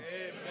Amen